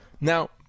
Now